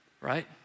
right